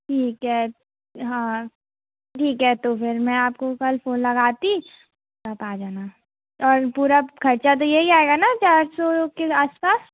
ठीक है हाँ ठीक है तो फिर मैं आपको कल फ़ोन लगाती आप आ जाना और पूरा ख़र्च तो यही आएगा ना चार सौ के आस पास